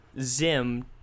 Zim